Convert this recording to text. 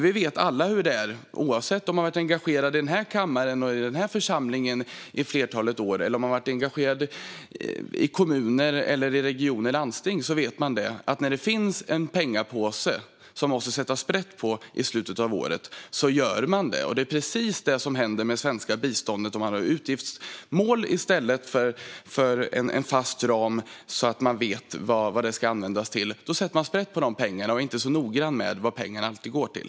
Vi vet alla hur det är, oavsett om man har varit engagerad i den här församlingen i ett flertal år eller om man har varit engagerad i en kommun, en region eller ett landsting: När det finns en pengapåse som man måste sätta sprätt på i slutet av året gör man det. Det är precis detta som händer med det svenska biståndet om man har utgiftsmål i stället för en fast ram och vetskap om vad biståndet ska användas till. Då sätter man sprätt på pengarna och är inte alltid så noggrann med vad pengarna går till.